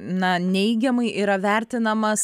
na neigiamai yra vertinamas